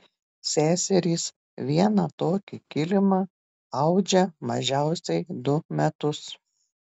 seserys vieną tokį kilimą audžia mažiausiai du metus